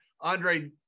Andre